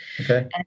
Okay